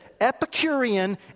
Epicurean